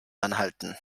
anhalten